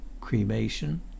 cremation